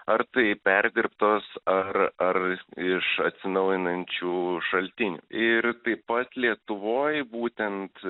ar tai perdirbtos ar ar iš atsinaujinančių šaltinių ir taip pat lietuvoj būtent